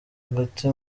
agati